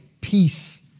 peace